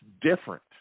different